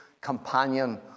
companion